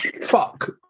fuck